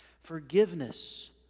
Forgiveness